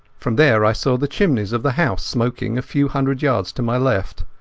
from there i saw the chimneys of the house smoking a few hundred yards to my left.